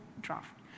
draft